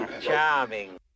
Charming